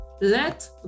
Let